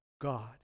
God